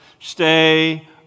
stay